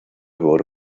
wurde